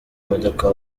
imodoka